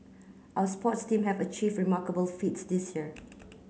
our sports team have achieved remarkable feats this year